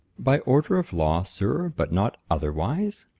by order of law, sir, but not otherwise.